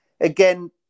again